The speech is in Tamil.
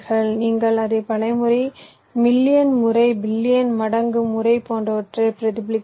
நீங்கள் அதை பல முறை மில்லியன் முறை பில்லியன் மடங்கு முறை போன்றவற்றைப் பிரதிபலிக்கிறீர்கள்